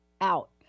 out